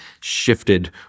shifted